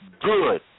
Good